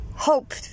Hope